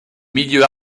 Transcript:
milieu